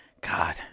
God